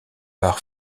par